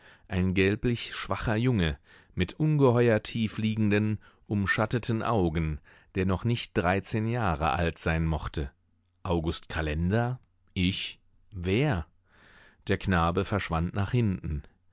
ein gelblich schwacher junge mit ungeheuer tiefliegenden umschatteten augen der noch nicht dreizehn jahre alt sein mochte august kalender ich wer der knabe verschwand nach hinten